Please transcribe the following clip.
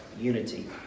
unity